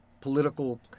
political